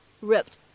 ripped